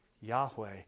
Yahweh